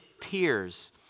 peers